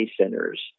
centers